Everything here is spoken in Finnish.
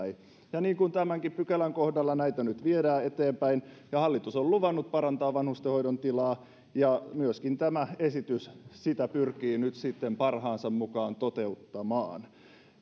eteenpäin niin kuin tämänkin pykälän kohdalla näitä nyt viedään eteenpäin hallitus on luvannut parantaa vanhustenhoidon tilaa ja tämä esitys sitä pyrkii nyt myöskin parhaansa mukaan toteuttamaan